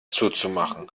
zuzumachen